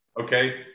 Okay